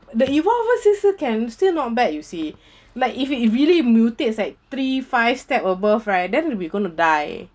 the evolve [one] still still can still not bad you see like if you it really mutates like three five step above right then we going to die